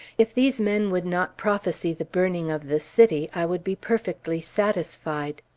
if these men would not prophesy the burning of the city, i would be perfectly satisfied.